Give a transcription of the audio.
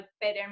better